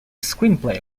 screenplay